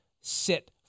sit